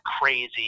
crazy